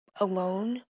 alone